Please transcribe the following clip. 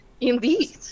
Indeed